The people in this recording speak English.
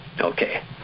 okay